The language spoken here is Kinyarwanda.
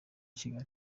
kigali